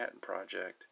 Project